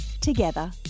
together